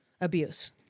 abuse